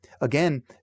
Again